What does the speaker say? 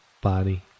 body